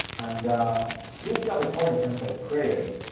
and since you have the target template created,